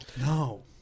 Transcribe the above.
No